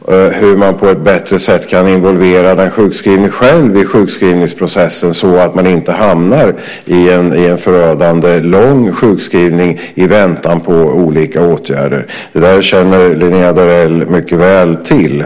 och hur man på ett bättre sätt kan involvera den sjukskrivne själv i sjukskrivningsprocessen så att man inte hamnar i en förödande lång sjukskrivning i väntan på olika åtgärder. Det där känner Linnéa Darell mycket väl till.